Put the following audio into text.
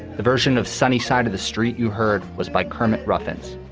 the version of sunny side of the street you heard was by kermit ruffins.